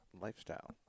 lifestyle